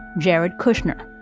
jared kushner.